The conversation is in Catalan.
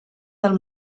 del